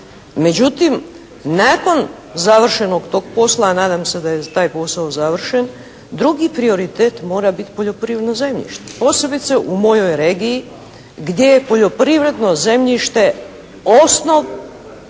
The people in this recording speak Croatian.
Međutim, nakon završenog tog posla, a nadam se da je taj posao završen, drugi prioritet mora biti poljoprivredno zemljište. Posebice u moj regiji gdje je poljoprivredno zemljište osnov